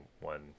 one